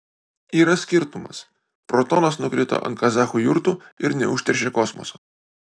yra skirtumas protonas nukrito ant kazachų jurtų ir neužteršė kosmoso